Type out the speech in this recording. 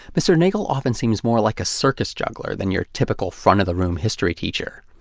mr. neagle often seems more like a circus juggler than your typical front-of-the-room history teacher.